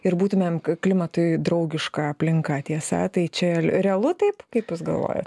ir būtumėm klimatui draugiška aplinka tiesa tai čia realu taip kaip jūs galvojat